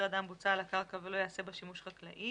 אדם בוצה על הקרקע ולא יעשה בה שימוש חקלאי".